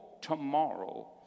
tomorrow